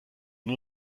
nur